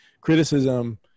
criticism